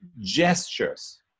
gestures